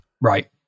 Right